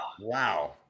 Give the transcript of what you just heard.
Wow